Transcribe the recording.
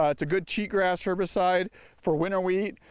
ah its a good cheap grass herbicide for winter wheat,